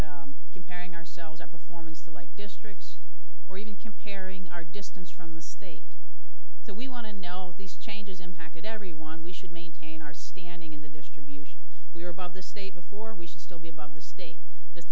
out comparing ourselves our performance to like districts or even comparing our distance from the state so we want to know all these changes impacted everyone we should maintain our standing in the distribution we are above the state before we should still be above the state just